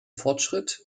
fortschritt